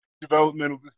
developmental